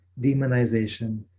demonization